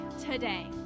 today